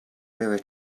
mirror